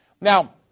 Now